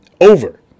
over